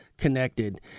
connected